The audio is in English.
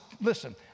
listen